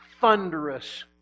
thunderous